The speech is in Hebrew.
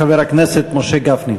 חבר הכנסת משה גפני.